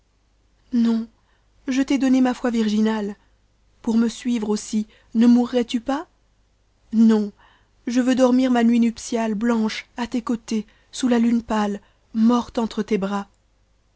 non je t'ai donné ma foi virginale pour me subie aussi ne mourrais tu pas non je veux dormir ma nuit nuptiale blanche à tes côtés sous la lune pâle morte entre tes bras